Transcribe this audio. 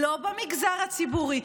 לא במגזר הציבורי,